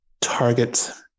targets